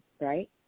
right